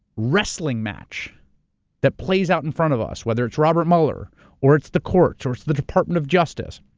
wrestling match that plays out in front of us. whether it's robert mueller or it's the courts or it's the department of justice,